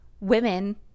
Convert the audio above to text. women